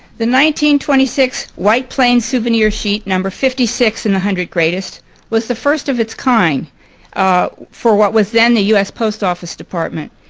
the one twenty six white plains souvenir sheet number fifty six in the one hundred greatest was the first of its kind for what was then the u s. post office department.